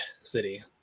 City